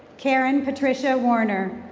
karen patricia warner.